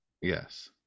Yes